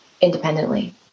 independently